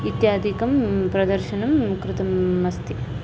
इत्यादिकं प्रदर्शनं कृतम् अस्ति